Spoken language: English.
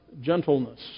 gentleness